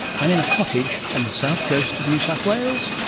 i'm in a cottage on the south coast of new south wales,